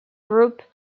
group